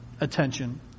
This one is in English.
attention